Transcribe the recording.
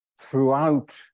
throughout